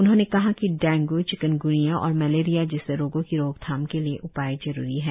उन्होंने कहा कि डेंग् चिकनग्निया और मलेरिया जैसे रोगों की रोकथाम के लिए उपाय जरूरी हैं